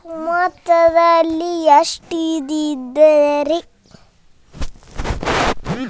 ಕಮತದಲ್ಲಿ ಎಷ್ಟು ನಮೂನೆಗಳಿವೆ ರಿ?